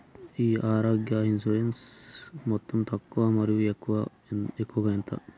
ఈ ఆరోగ్య ఇన్సూరెన్సు మొత్తం తక్కువ మరియు ఎక్కువగా ఎంత?